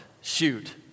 Shoot